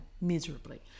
miserably